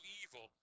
evil